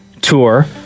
Tour